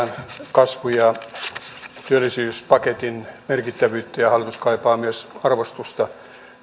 kasvu ja työllisyyspaketin merkittävyyttä ja hallitus kaipaa myös arvostusta